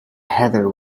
heather